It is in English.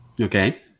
Okay